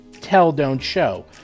tell-don't-show